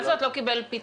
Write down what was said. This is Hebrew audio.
מה זה עוד לא קיבל פיצוי?